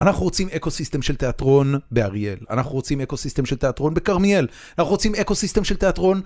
אנחנו רוצים אקו סיסטם של תיאטרון באריאל, אנחנו רוצים אקו סיסטם של תיאטרון בכרמיאל, אנחנו רוצים אקו סיסטם של תיאטרון...